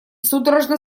судорожно